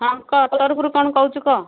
ହଁ କହ ତୋ ତରଫରୁ କ'ଣ କହୁଛୁ କହ